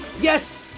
Yes